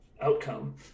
outcome